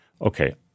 okay